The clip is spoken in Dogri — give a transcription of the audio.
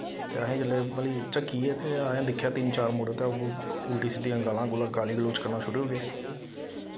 ते असें जेल्लै मतलब गी झक्कियै ते असें दिक्खेआ तिन्न चार मुड़े ते अग्गूं उल्टियां सिद्दियां गालां गूलां गाली गलोच करना शुरू होई गे